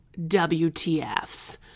WTFs